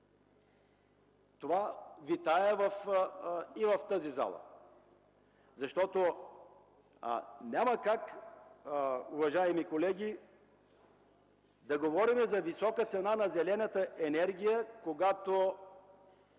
Това витае и в тази зала. Няма как, уважаеми колеги, да говорим за висока цена на зелената енергия, когато